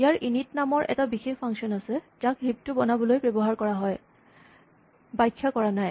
ইয়াৰ init নামৰ এটা বিশেষ ফাংচন আছে যাক হিপ টো বনাবলৈ ব্যৱহাৰ কৰা হয় ব্যাখ্যা কৰা নাই